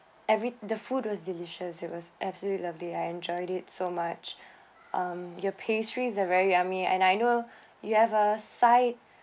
every the food was delicious it was absolute lovely I'd enjoyed it so much um your pastries are very yummy and I know you have a side